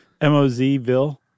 M-O-Z-ville